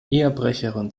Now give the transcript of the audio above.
ehebrecherin